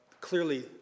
Clearly